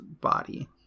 body